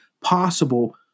possible